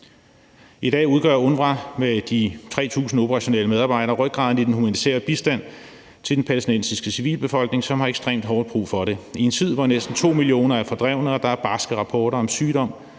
I dag udgør UNRWA med de 3.000 operationelle medarbejdere rygraden i den humanitære bistand til den palæstinensiske civilbefolkning, som har ekstremt hårdt brug for det i en tid, hvor næsten 2 millioner er fordrevne og der er barske rapporter om sygdom